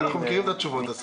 אסף, אנחנו מכירים את התשובות.